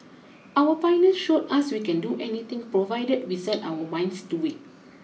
our pioneers showed as we can do anything provided we set our minds to it